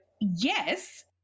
yes